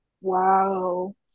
Wow